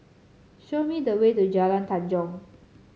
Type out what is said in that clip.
show me the way to Jalan Tanjong